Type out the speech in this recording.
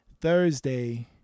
Thursday